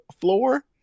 floor